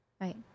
Right